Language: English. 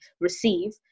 receive